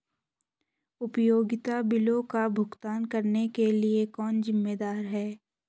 उपयोगिता बिलों का भुगतान करने के लिए कौन जिम्मेदार है?